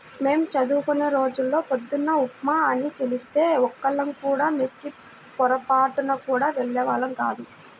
మేం చదువుకునే రోజుల్లో పొద్దున్న ఉప్మా అని తెలిస్తే ఒక్కళ్ళం కూడా మెస్ కి పొరబాటున గూడా వెళ్ళేవాళ్ళం గాదు